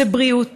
זה בריאות